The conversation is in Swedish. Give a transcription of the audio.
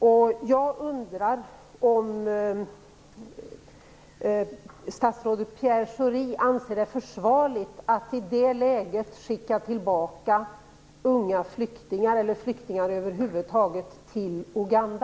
Jag undrar om statsrådet Pierre Schori anser det försvarligt att i det läget sända tillbaka flyktingar till Uganda.